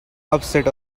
upset